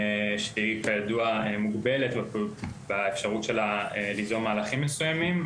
שהיא כידוע מוגבלת באפשרות שלה ליזום מהלכים מסוימים.